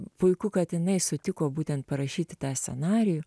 puiku kad jinai sutiko būtent parašyti tą scenarijų